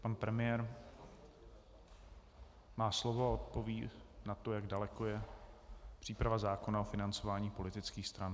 Pan premiér má slovo a odpoví na to, jak daleko je příprava zákona o financování politických stran.